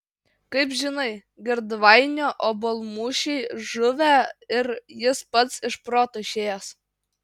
kaip žinai girdvainio obuolmušiai žuvę ir jis pats iš proto išėjęs